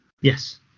yes